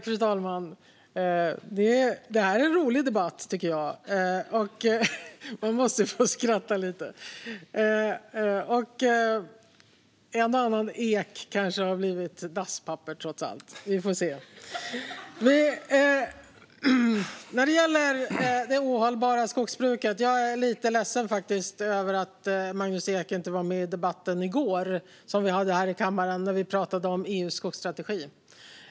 Fru talman! Detta är en rolig debatt, tycker jag. Man måste få skratta lite. En och annan ek kanske har blivit dasspapper trots allt. När det gäller det ohållbara skogsbruket är jag faktiskt lite ledsen över att Magnus Ek inte var med i debatten i går som vi hade här i kammaren då vi pratade om EU:s skogsstrategi.